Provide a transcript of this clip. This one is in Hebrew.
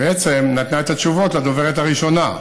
בעצם נתנה את התשובות לדוברת הראשונה.